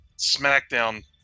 Smackdown